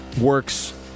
works